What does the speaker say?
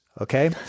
okay